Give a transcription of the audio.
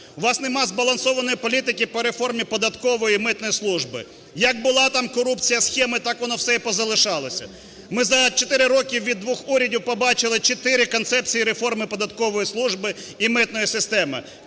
у вас нема збалансованої політики по реформі податкової і митної служби. Як була там корупція, схеми, так воно все і позалишалося. Ми за чотири роки від двох урядів побачили чотири концепції реформи податкової служби і митної системи.